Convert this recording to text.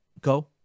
Go